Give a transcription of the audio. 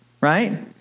right